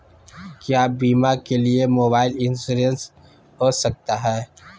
क्या बीमा के लिए मोबाइल इंश्योरेंस हो सकता है?